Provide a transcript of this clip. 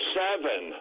seven